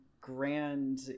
grand